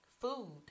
Food